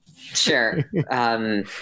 Sure